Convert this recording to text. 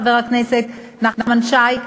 חבר הכנסת נחמן שי,